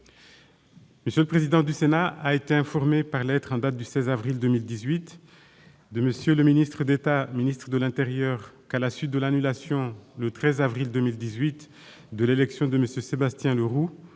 M. le président du Sénat a été informé, par lettre en date du 16 avril 2018 de M. le ministre d'État, ministre de l'intérieur, que, à la suite de l'annulation, le 13 avril 2018, de l'élection de M. Sébastien Leroux,